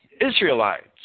Israelites